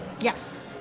yes